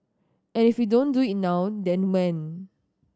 and if we don't do it now then when